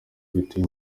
biteye